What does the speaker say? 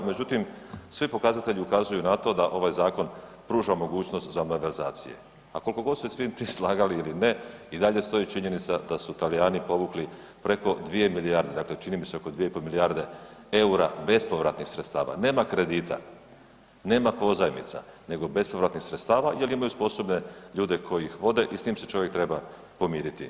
Međutim, svi pokazatelji ukazuju na to da ovaj zakon pruža mogućnost … [[Govornik se ne razumije]] A kolko god se s svim tim slagali ili ne i dalje stoji činjenica da su Talijani povukli preko dvije milijarde, dakle čini mi se oko 2,5 milijarde EUR-a bespovratnih sredstava, nema kredita, nema pozajmica, nego bespovratnih sredstava jel imaju sposobne ljude koji ih vode i s tim se čovjek treba pomiriti.